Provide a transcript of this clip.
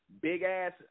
big-ass